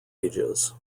ages